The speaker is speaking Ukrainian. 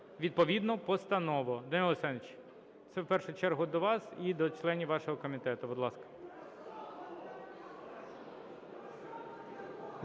відповідну постанову. Данило Олександрович, це в першу чергу до вас і до членів вашого комітету, будь ласка.